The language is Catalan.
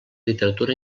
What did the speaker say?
literatura